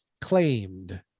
claimed